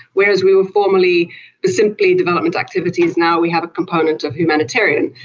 whereas we were formally simply development activities, now we have a component of humanitarian.